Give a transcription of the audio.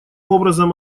образом